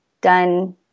done